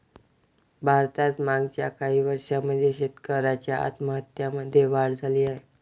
भारतात मागच्या काही वर्षांमध्ये शेतकऱ्यांच्या आत्महत्यांमध्ये वाढ झाली आहे